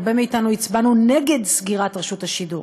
הרבה מאתנו הצבענו נגד סגירת רשות השידור,